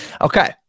Okay